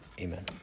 amen